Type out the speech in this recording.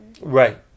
Right